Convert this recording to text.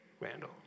Randall